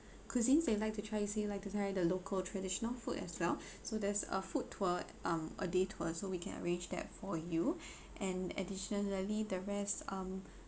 cuisine they'd like to try to say like to try the local traditional food as well so there's a food tour um a day tour so we can arrange that for you and additionally the rest um